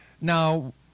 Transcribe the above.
Now